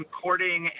courting